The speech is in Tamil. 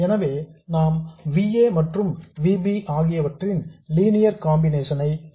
எனவே நாம் Va மற்றும் V b ஆகியவற்றின் லீனியர் காம்பினேஷன் ஐ கொண்டுள்ளோம்